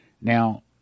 Now